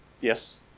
Yes